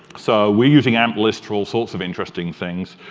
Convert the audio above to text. so we're using amp-list for all sorts of interesting things.